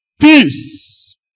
Peace